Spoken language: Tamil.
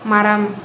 மரம்